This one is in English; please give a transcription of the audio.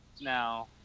now